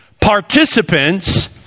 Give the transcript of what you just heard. participants